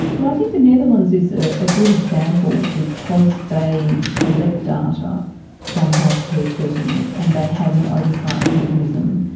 well, i think the netherlands is a good example because they collect data from healthcare settings and they have an oversight mechanism,